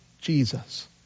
Jesus